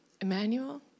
Emmanuel